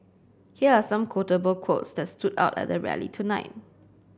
here are some quotable quotes that stood out at the rally tonight